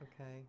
okay